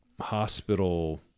hospital